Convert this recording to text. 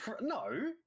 no